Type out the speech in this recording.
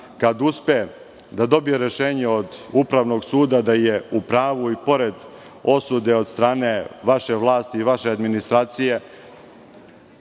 kada uspe da dobije rešenje od Upravnog suda da je u pravu i pored osude od strane vaše vlasti i vaše administracije,